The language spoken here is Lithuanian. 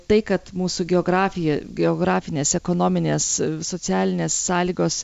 tai kad mūsų geografija geografinės ekonominės socialinės sąlygos